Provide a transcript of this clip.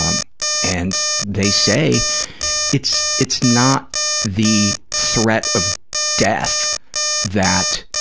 um and they say it's it's not the threat of death that